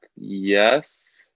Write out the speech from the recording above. yes